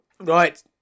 right